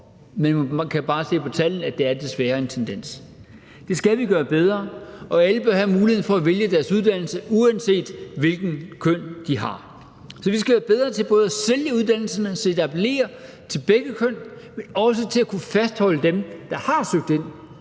men man kan bare se på tallene, at det desværre er en tendens. Kl. 14:25 Det skal vi gøre bedre, og alle bør have muligheden for at vælge deres uddannelse, uanset hvilket køn de har. Så vi skal være bedre til både at sælge uddannelserne, så de appellerer til begge køn, og også til at kunne fastholde dem, der har søgt ind,